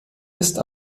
ist